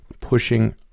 pushing